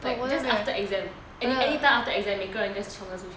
like just after exam anytime after exam 每个人 just chiong 出去